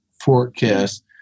forecast